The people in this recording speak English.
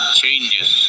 changes